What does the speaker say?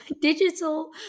digital